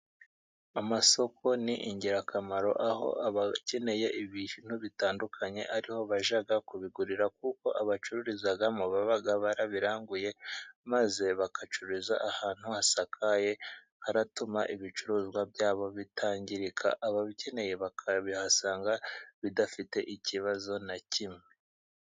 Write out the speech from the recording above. Amasoko ni ingirakamaro, aho abakeneye ibintu bitandukanye ariho bajyaga kubigurira, kuko abacururizamo baba barabiranguye maze bagacururiza ahantu hasakaye, hatuma ibicuruzwa byabo bitangirika, ababikeneye bakabihasanga bidafite ikibazo na kimwe.